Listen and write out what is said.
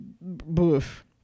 boof